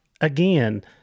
again